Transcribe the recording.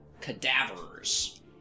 cadavers